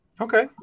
Okay